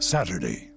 Saturday